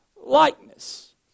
likeness